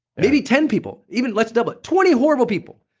maybe ten people. even let's double it, twenty horrible people.